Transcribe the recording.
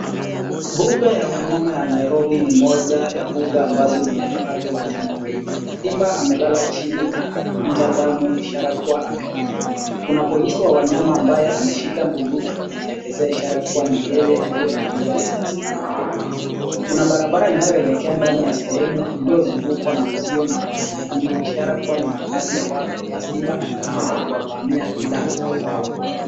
Mbuga ya wanyama ya Nairobi ni moja ya mbuga ambazo zinazohifadhi wanyama wengi. Simba amelala chini na anavuja damu ishara ya kuwa amekufa. Kuna polisi wa wanyama ambaye ameshika bunduki kumwelekezea ishara ya kuwa ni yeye aliyempiga risasi na kumwangamiza. Kuna barabara inayoelekea ndani ya sehemu iliyozungukwa na uzio na kuna mahindi, ishara ya kuwa ni makaazi ya watu na simba alitaka kuwavamia ila akauwawa.